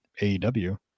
AEW